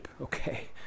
okay